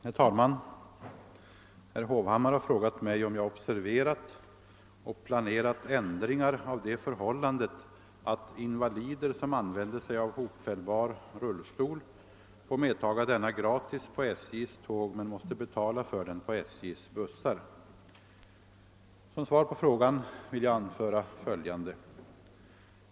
Herr talman! Herr Hovhammar har frågat mig, om jag observerat och planerat ändringar av det förhållandet, att invalider, som använder sig av hopfällbar rullstol, får medtaga denna gratis på SJ:s tåg men måste betala för den på SJ:s bussar. Som svar på frågan vill jag anföra följande.